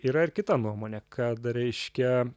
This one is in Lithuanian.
yra ir kita nuomonė kad reiškia